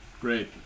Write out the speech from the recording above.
Great